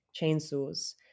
chainsaws